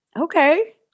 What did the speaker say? Okay